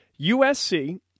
USC